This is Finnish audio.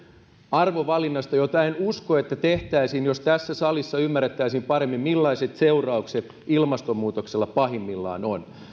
arvovalinnasta jota en usko että tehtäisiin jos tässä salissa ymmärrettäisiin paremmin millaiset seuraukset ilmastonmuutoksella pahimmillaan on